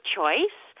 Choice